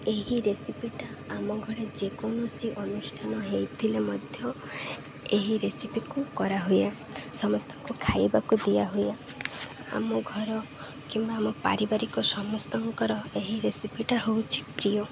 ଏହି ରେସିପିଟା ଆମ ଘରେ ଯେକୌଣସି ଅନୁଷ୍ଠାନ ହେଇଥିଲେ ମଧ୍ୟ ଏହି ରେସିପିକୁ କରାହୁଏ ସମସ୍ତଙ୍କୁ ଖାଇବାକୁ ଦିଆହୁଏ ଆମ ଘର କିମ୍ବା ଆମ ପାରିବାରିକ ସମସ୍ତଙ୍କର ଏହି ରେସିପିଟା ହଉଛି ପ୍ରିୟ